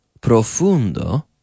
profundo